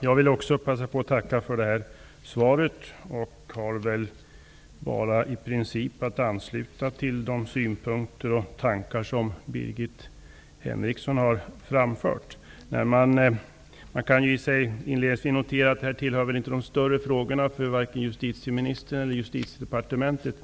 Fru talman! Även jag vill tacka för detta svar. Jag har i princip bara att ansluta mig till de synpunkter och tankar som Birgit Henriksson har framfört. Man kan notera att denna fråga inte tillhör de större frågorna för vare sig justitieministern eller justitiedepartementet.